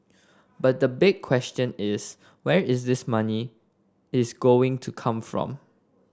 but the big question is where is this money is going to come from